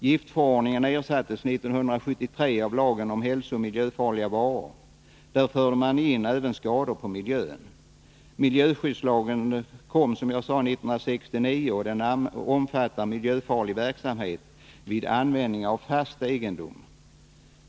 Giftförordningen ersattes 1973 av lagen om hälsooch miljöfarliga varor. Där förde man in även skador på miljön. Miljöskyddslagen kom alltså 1969, och den omfattar miljöfarlig verksamhet vid användning av fast egendom.